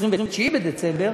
ב-29 בדצמבר,